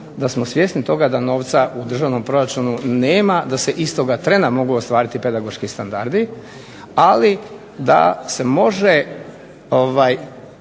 da smo svjesni toga da novca u državnom proračunu nema, da se istoga trena mogu ostvariti pedagoški standardi, ali da se može,